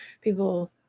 people